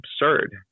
absurd